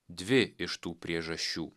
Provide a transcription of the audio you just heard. dvi iš tų priežasčių